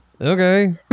Okay